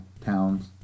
towns